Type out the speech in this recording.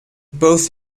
both